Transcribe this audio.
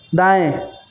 दाएँ